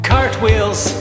Cartwheels